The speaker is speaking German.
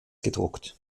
gedruckt